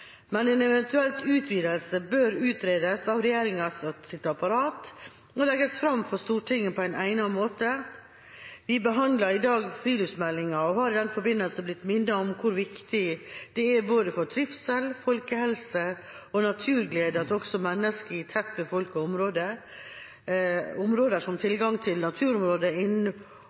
men en eventuell utvidelse bør utredes av regjeringas apparat og legges fram for Stortinget på en egnet måte. Vi behandlet i dag friluftsmeldinga og er i den forbindelse blitt minnet om hvor viktig det er for både trivsel, folkehelse og naturglede at også mennesker i tett befolkede områder har tilgang til naturområder innen